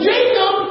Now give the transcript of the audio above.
Jacob